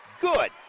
good